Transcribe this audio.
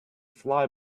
fly